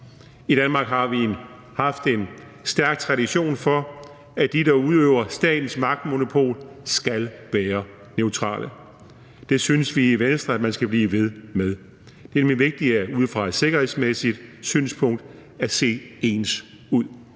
I Danmark har vi haft en stærk tradition for, at de, der udøver statens magtmonopol, skal være neutrale. Det synes vi i Venstre at man skal blive ved med. Det er nemlig vigtigt ud fra et sikkerhedsmæssigt synspunkt at se ens ud.